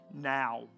now